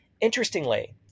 Interestingly